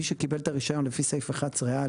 מי שקיבל את הרישיון לפי סעיף 11א